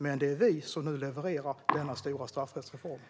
Det är dock vi som levererar denna stora straffrättsreform.